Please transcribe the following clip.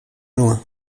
loin